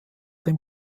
dem